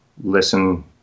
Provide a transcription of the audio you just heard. listen